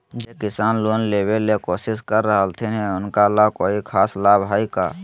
जे किसान लोन लेबे ला कोसिस कर रहलथिन हे उनका ला कोई खास लाभ हइ का?